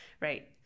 right